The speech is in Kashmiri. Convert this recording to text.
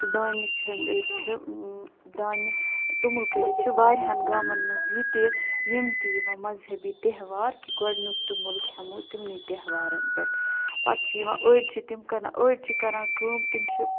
تہٕ دانہِ چۄمبِتھ چھ دانہِ توٚمُل کٔڑِتھ چھِ واریاہن گامَن منز یہِ تہِ یِم تہِ یِوان مذہبی تیٚہوار کہِ گۄڈنیُک توٚمُل کھیٚمو تُمنٕے تیٚہوارن پٮ۪ٹھ پَتہٕ چھِ یِوان ٲڈۍ چھِ تِم کَران أڈۍ چھِ کران کٲم تِم چھِ